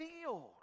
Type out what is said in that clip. field